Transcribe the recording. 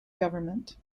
government